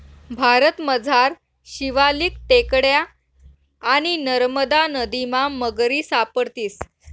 भारतमझार शिवालिक टेकड्या आणि नरमदा नदीमा मगरी सापडतीस